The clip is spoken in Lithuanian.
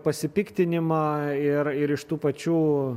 pasipiktinimą ir ir iš tų pačių